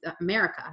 America